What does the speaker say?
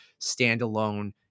standalone